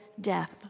death